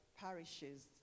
parishes